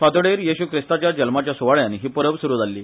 फातोडेर येशू ख्रिस्ताच्या जल्माच्या स्वाळ्यान ही परब सुरू जाली